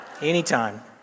anytime